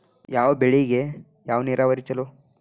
ಯಾವ ಬೆಳಿಗೆ ಯಾವ ನೇರಾವರಿ ಛಲೋ?